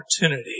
opportunity